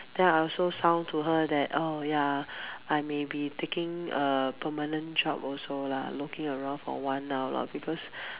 then I also sound to her that oh ya I may be taking a permanent job also lah looking around for one now lah because